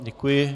Děkuji.